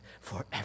forever